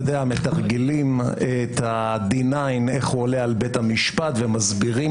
שמתרגלים אין הדיניין עולה על בית המשפט ומסבירים